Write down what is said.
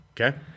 Okay